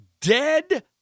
dead